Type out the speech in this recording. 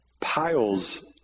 piles